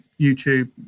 YouTube